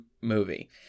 movie